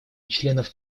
членов